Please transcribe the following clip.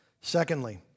Secondly